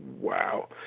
Wow